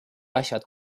asjad